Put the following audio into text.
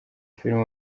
filime